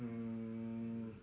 mm